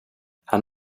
han